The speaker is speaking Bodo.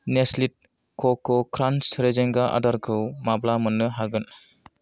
नेस्लि कक' क्रान्स रेजेंगा आदारखौ माब्ला मोन्नो हागोन